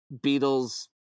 Beatles